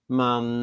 man